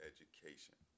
Education